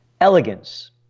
Elegance